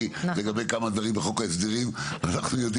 לתת בסוף דקה,